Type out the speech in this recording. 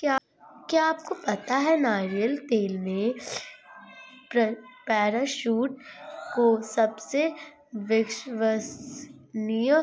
क्या आपको पता है नारियल तेल में पैराशूट को सबसे विश्वसनीय